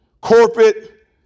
corporate